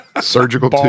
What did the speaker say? Surgical